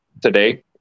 today